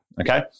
okay